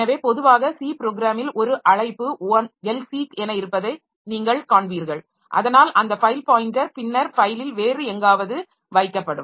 எனவே பொதுவாக C ப்ரோக்ராமில் ஒரு அழைப்பு l seek என இருப்பதை நீங்கள் காண்பீர்கள் அதனால் அந்த ஃபைல் பாயின்டர் பின்னர் ஃபைலில் வேறு எங்காவது வைக்கப்படும்